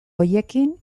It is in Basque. horiekin